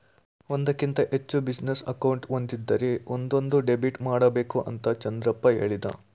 ಒಂದಕ್ಕಿಂತ ಹೆಚ್ಚು business account ಒಂದಿದ್ದರೆ ಒಂದೊಂದು ಡೆಬಿಟ್ ಮಾಡಬೇಕು ಅಂತ ಚಂದ್ರಪ್ಪ ಹೇಳಿದ